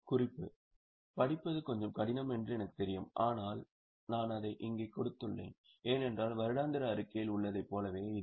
குறிப்பு படிப்பது கொஞ்சம் கடினம் என்று எனக்குத் தெரியும் ஆனால் நான் அதை இங்கே கொடுத்துள்ளேன் ஏனென்றால் வருடாந்திர அறிக்கையில் உள்ளதைப் போலவே இது